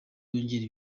yongera